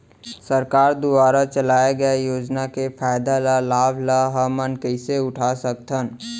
सरकार दुवारा चलाये योजना के फायदा ल लाभ ल हमन कइसे उठा सकथन?